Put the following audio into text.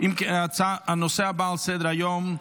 הנושא הבא על סדר-היום,